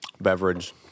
beverage